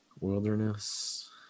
Wilderness